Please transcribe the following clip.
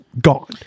gone